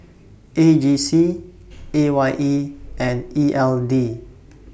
A G C A Y E and E L D